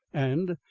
and,